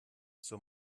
zur